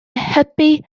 hybu